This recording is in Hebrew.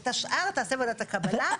את השאר תעשה ועדת הקבלה.